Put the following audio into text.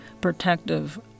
protective